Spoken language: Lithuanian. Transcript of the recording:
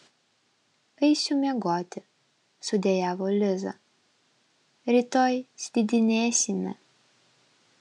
eisiu miegoti sudejavo liza rytoj slidinėsime